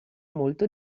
molto